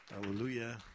Hallelujah